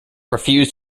refused